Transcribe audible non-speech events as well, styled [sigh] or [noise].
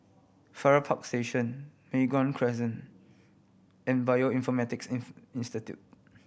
Farrer Park Station Mei Hwan Crescent and Bioinformatics [unintelligible] Institute